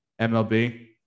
MLB